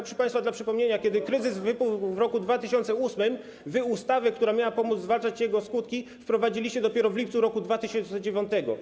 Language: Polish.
Proszę państwa, dla przypomnienia, kiedy kryzys wybuchł w roku 2008, wy ustawę, która miała pomóc zwalczać jego skutki, wprowadziliście dopiero w lipcu roku 2009.